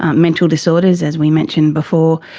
um mental disorders, as we mentioned before,